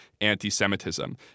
anti-Semitism